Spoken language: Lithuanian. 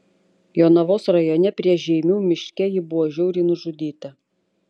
jonavos rajone prie žeimių miške ji buvo žiauriai nužudyta